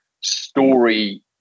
story